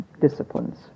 disciplines